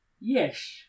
Yes